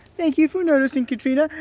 thank you for noticing katrina.